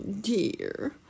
dear